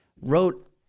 wrote